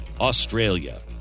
Australia